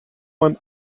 man